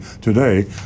today